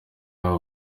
y’aba